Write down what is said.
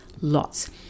lots